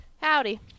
Howdy